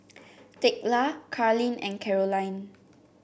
Thekla Carlyn and Karolyn